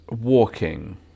walking